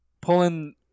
pulling